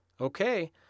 Okay